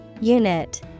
Unit